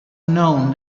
known